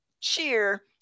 cheer